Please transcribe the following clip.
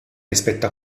rispetto